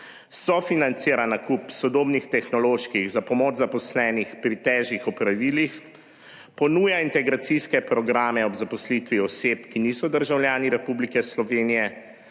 Sofinancira nakup sodobnih tehnoloških za pomoč zaposlenih pri težjih opravilih. Ponuja integracijske programe ob zaposlitvi oseb, ki niso državljani Republike Slovenije.